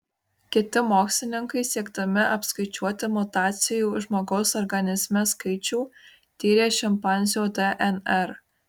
kiti mokslininkai siekdami apskaičiuoti mutacijų žmogaus organizme skaičių tyrė šimpanzių dnr